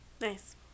Nice